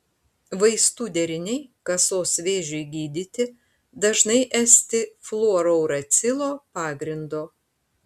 vaistų deriniai kasos vėžiui gydyti dažnai esti fluorouracilo pagrindo